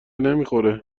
نمیخوره